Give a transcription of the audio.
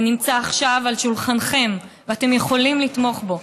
ונמצא עכשיו על שולחנכם ואתם יכולים לתמוך בו,